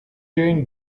jane